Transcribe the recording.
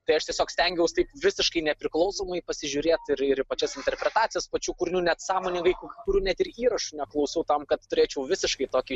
tai aš tiesiog stengiaus taip visiškai nepriklausomai pasižiūrėt ir ir į pačias interpretacijas pačių kūrinių net sąmoningai kurių net ir įrašų neklausiau tam kad turėčiau visiškai tokį